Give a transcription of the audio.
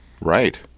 Right